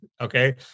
Okay